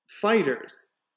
fighters